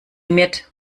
mit